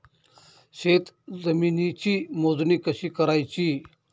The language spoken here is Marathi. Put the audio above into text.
शेत जमिनीची मोजणी कशी करायची?